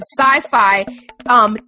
sci-fi